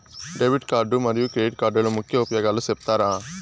Debit card మరియు credit కార్డుల ముఖ్య ఉపయోగాలు సెప్తారా?